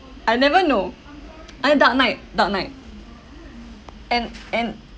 I never know I dark knight dark knight and and